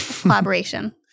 Collaboration